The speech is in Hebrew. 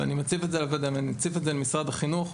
ואני מציף את זה למשרד החינוך,